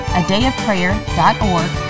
adayofprayer.org